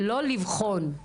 לא לבחון.